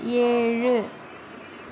ஏழு